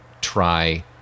try